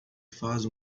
faz